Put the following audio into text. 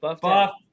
Buff